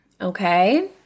Okay